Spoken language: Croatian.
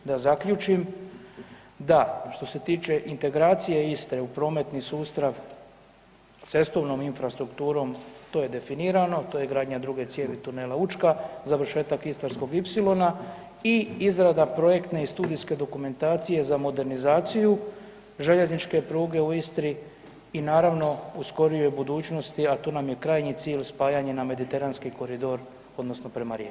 Da zaključim, da što se tiče integracije iste u prometni sustav cestovnom infrastrukturom to je definirano, to je gradnja druge cijevi tunela Učka, završetak istarskog ipsilona i izrada projektne i studijske dokumentacije za modernizaciju željezničke pruge u Istri i naravno u skorijoj budućnosti, a to nam je krajnji cilj spajanje na mediteranski koridor odnosno prema Rijeci.